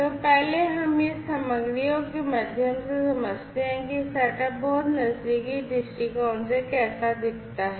तो पहले हम यह सामग्रियों के माध्यम से समझते हैं कि यह सेटअप बहुत नज़दीकी दृष्टिकोण से कैसा दिखता है